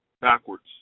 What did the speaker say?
backwards